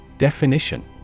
Definition